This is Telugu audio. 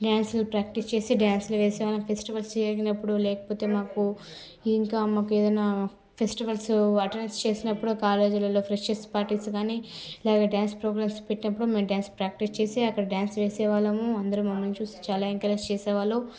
డ్యాన్సులు ప్రాక్టీస్ చేసి డ్యాన్సులు వేసేవాళ్లం ఫెస్టివల్స్ జరిగినప్పుడు లేపోతే మాకు ఇంకా మాకు ఏదైనా ఫెస్టివల్స్ చేసినప్పుడు కాలేజీలలో ఫ్రెషర్స్ పార్టీస్ కానీ లేక డ్యాన్స్ ప్రోగ్రామ్స్ పెట్టినప్పుడు మేము డ్యాన్స్ ప్రాక్టీస్ చేసి అక్కడ డ్యాన్స్ వేసేవాళ్లము అందరు మమ్మల్ని చూసి చాలా ఎంకరేజ్ చేసేవాళ్లు